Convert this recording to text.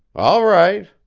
all right.